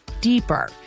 deeper